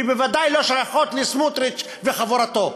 ובוודאי לא שייכות לסמוטריץ וחבורתו.